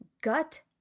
gut